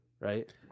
right